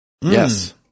Yes